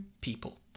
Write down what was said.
people